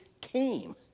came